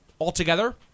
altogether